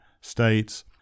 states